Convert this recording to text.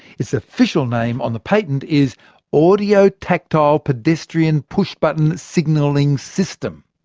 its official name on the patent is audio-tactile pedestrian push button signalling system.